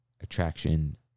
attraction